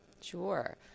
Sure